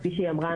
כפי שהיא אמרה,